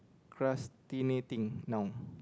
procrastinating now